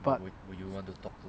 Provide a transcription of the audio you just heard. but